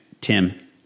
Tim